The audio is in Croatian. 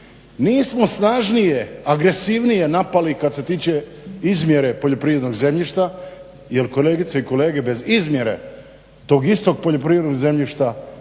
Nismo snažnije, agresivnije napali kad se tiče izmjere poljoprivrednog zemljišta jer kolegice i kolege bez izmjere tog istog poljoprivrednog zemljišta nema